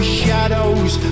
shadows